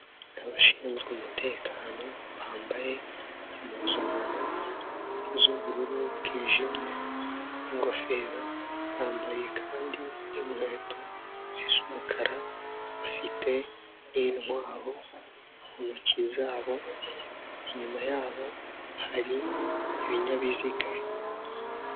Abashinzwe umutekano bambaye impuzankano z'ubururu bwijimye n'ingofero, bambaye kandi n'inkweto zisa umukara, bafite n'intwaro mu ntoki zabo, inyuma yabo hari ibinyabiziga.